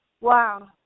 Wow